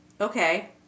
okay